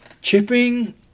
Chipping